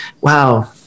wow